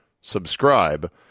subscribe